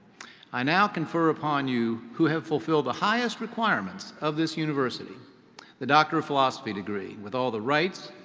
i now confer upon you who have fulfilled the highest requirements of this university the doctor of philosophy degree with all the rights,